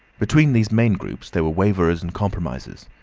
between these main groups there were waverers and compromisers.